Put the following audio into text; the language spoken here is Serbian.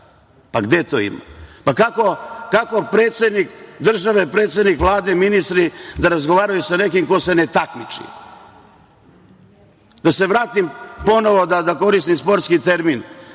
Gde to ima? Pa, kako predsednik države, predsednik Vlade, ministri, da razgovaraju sa nekim ko se ne takmiči? Da se vratim ponovo da koristim sportski termin,